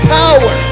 power